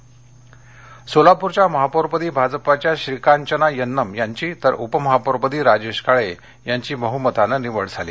महापौर सोलापूरच्या महापौरपदी भाजपच्या श्रीकांचना यन्नम यांची तर उपमहापौरपदी राजेश काळे यांची बहूमताने निवड झाली